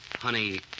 Honey